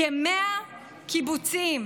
כ-100 קיבוצים